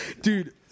Dude